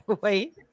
wait